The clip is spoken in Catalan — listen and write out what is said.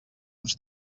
uns